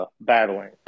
battling